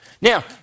Now